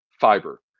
fiber